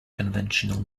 conventional